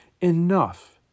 enough